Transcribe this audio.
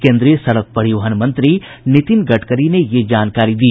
केन्द्रीय सड़क परिवहन मंत्री नितिन गडकरी ने यह जानकारी दी